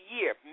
year